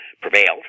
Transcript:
prevailed